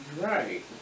Right